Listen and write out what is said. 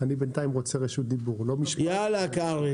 בוקר טוב ותודה.